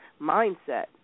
mindset